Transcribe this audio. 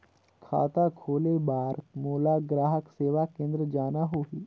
खाता खोले बार मोला ग्राहक सेवा केंद्र जाना होही?